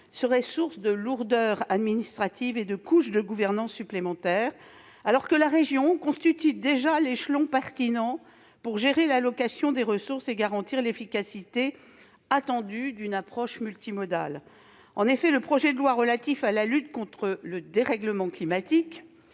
serait source de lourdeurs administratives et de couches de gouvernance supplémentaires, alors que la région constitue déjà l'échelon pertinent pour gérer l'allocation des ressources et garantir l'efficacité attendue d'une approche multimodale. En effet, l'article 32 du projet de loi relatif à la lutte contre le dérèglement climatique,